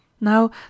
Now